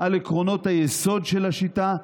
על עקרונות היסוד של השיטה,